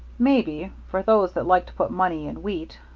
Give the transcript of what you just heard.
maybe, for those that like to put money in wheat.